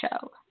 show